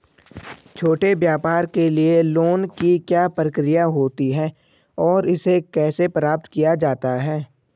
छोटे व्यापार के लिए लोंन की क्या प्रक्रिया होती है और इसे कैसे प्राप्त किया जाता है?